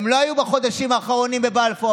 הן לא היו בחודשים האחרונים בבלפור,